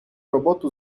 роботу